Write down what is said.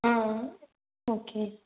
ஆ ஆ ஓகே